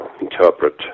interpret